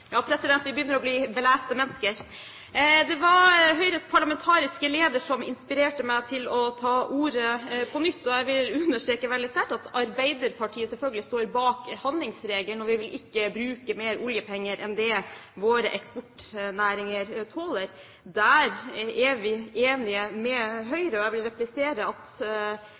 Ja, president, vi begynner å bli beleste mennesker! Det var Høyres parlamentariske leder som inspirerte meg til å ta ordet på nytt. Jeg vil understreke veldig sterkt at Arbeiderpartiet selvfølgelig står bak handlingsregelen, og vi vil ikke bruke mer oljepenger enn det våre eksportnæringer tåler. Der er vi enige med Høyre, og jeg vil replisere at